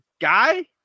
guy